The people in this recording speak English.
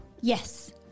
Yes